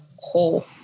whole